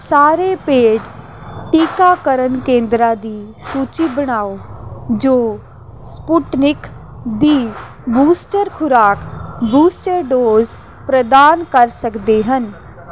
ਸਾਰੇ ਪੇਡ ਟੀਕਾਕਰਨ ਕੇਂਦਰਾਂ ਦੀ ਸੂਚੀ ਬਣਾਓ ਜੋ ਸਪੁਟਨਿਕ ਦੀ ਬੂਸਟਰ ਖੁਰਾਕ ਬੂਸਟਰ ਡੋਜ਼ ਪ੍ਰਦਾਨ ਕਰ ਸਕਦੇ ਹਨ